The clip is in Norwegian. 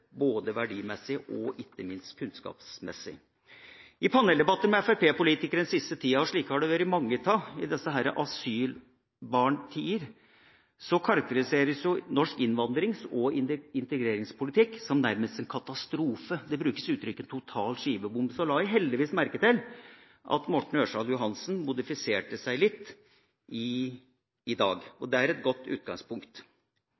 både verdimessig og ikke minst kunnskapsmessig. I paneldebatter med fremskrittspartipolitikere den siste tida, og slike har det vært mange av i disse asylbarntider, karakteriseres norsk innvandrings- og integreringspolitikk nærmest som en katastrofe. Det brukes uttrykk som total skivebom. Så la jeg heldigvis merke til at Morten Ørsal Johansen modifiserte seg litt i dag.